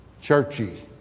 churchy